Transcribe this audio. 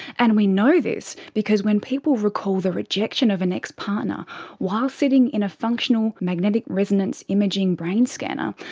and we know this because when people recall the rejection of an ex partner while sitting in a functional magnetic resonance imaging brain scanner,